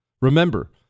Remember